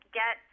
get